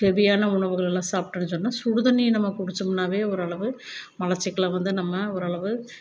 ஹெவியான உணவுகளல்லாம் சாப்பிட்டோன்னு சொன்னால் சுடுதண்ணி நம்ம குடித்தோம்னாவே ஓரளவு மலச்சிக்கலை வந்து நம்ம ஓரளவு